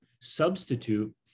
substitute